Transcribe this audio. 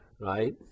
right